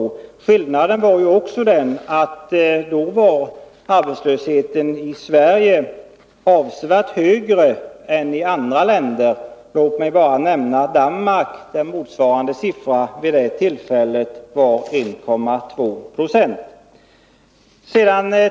En skillnad mot läget i dag är att arbetslösheten i Sverige då var avsevärt högre än i andra länder. Låt mig bara nämna Danmark, där arbetslösheten 1972 var 1,2 9.